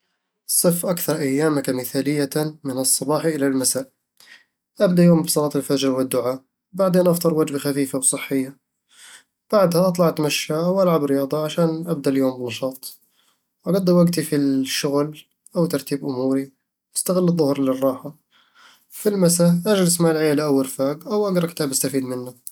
صِف أكثر أيامك مثاليةً من الصباح إلى المساء. أبدأ يومي بصلاة الفجر والدعاء، بعدين أفطر وجبة خفيفة وصحية بعدها أطلع أتمشى أو العب الرياضة عشان أبدأ اليوم بنشاط أقضي وقتي في الشغل أو ترتيب أموري، وأستغل الظهر للراحة في المسا، أجلس مع العيلة أو الرفاق، أو أقرأ كتاب أستفيد منه